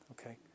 okay